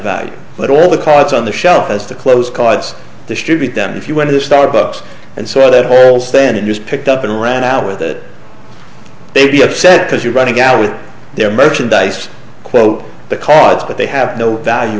value but all the cards on the shelf as the close cards distribute them if you went to starbucks and saw that holes then just picked up and ran out with it they'd be upset because you're running out with their merchandise quote the cards but they have no value